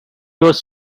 was